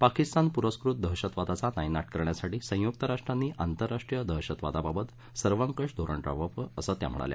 पाकिस्तान पुरस्कृत दहशतवादाचा नायनाट करण्यासाठी संयुक्त राष्ट्रांनी आंतरराष्ट्रीय दहशतवादाबाबत सर्वकष धोरण राबवावं असं त्या म्हणाल्या